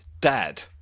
Dad